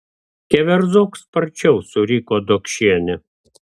keverzok sparčiau suriko dokšienė